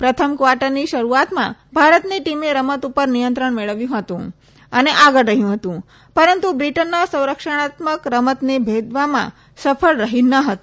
પ્રથમ ક્વાર્ટની શરુઆતમાં ભારતની ટીમે રમત ઉપર નિયંત્રણ મેળવ્યું હતું અને આગળ રહ્યું હતું પરંતુ બ્રિટનના સંરક્ષણાત્મક રમતને ભેદવામાં સફળ રહી ન હતી